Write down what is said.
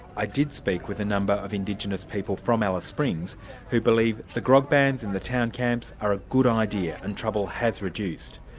i did speak with a number of indigenous people from alice springs who believe the grog bans in the town camps are a good idea, and trouble has reduced.